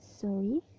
sorry